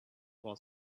while